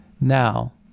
now